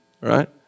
right